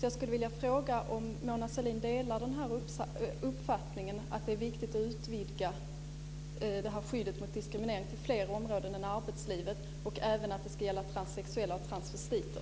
Jag vill fråga om Mona Sahlin delar uppfattningen att det är viktigt att utvidga skyddet mot diskriminering till fler områden än arbetslivet och att det även ska gälla transsexuella och transvestiter.